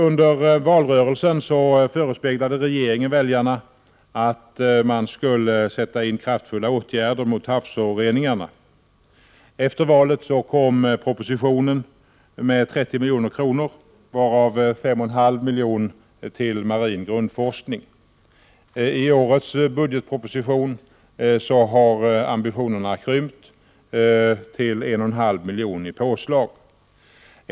Under valrörelsen förespeglade regeringen väljarna att man skulle sätta in kraftfulla åtgärder mot havsföroreningarna. Efter valet kom propositionen där det föreslogs 30 milj.kr., varav 5,5 miljoner till marin grundforskning. I årets budgetproposition har ambitionerna krympt till 1,5 miljoner i påslag.